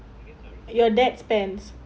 your dad's pants